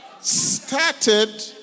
started